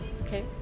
Okay